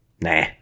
nah